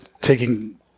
taking